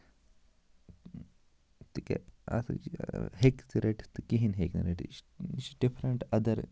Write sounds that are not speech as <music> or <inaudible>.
تہِ کیٛاہ اَتھ <unintelligible> ہیٚکہِ تہِ رٔٹِتھ تہٕ کِہیٖنۍ ہیٚکہِ نہٕ رٔٹِتھ یہِ چھِ یہِ چھِ ڈِفرنٛٹ اَدَر